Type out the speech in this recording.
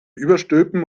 überstülpen